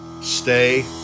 Stay